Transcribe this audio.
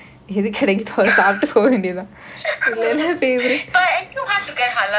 but actually hard to get halal food right then how